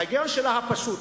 ההיגיון שלה הפשוט,